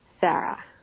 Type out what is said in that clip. Sarah